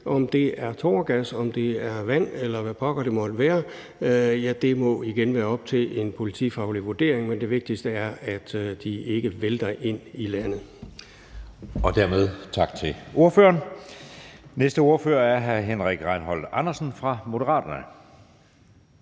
Om det er tåregas, om det er vand, eller hvad pokker det måtte være, må igen være op til en politifaglig vurdering. Men det vigtigste er, at de ikke vælter ind i landet. Kl. 15:13 Anden næstformand (Jeppe Søe): Dermed tak til ordføreren. Næste ordfører er hr. Henrik Rejnholt Andersen fra Moderaterne.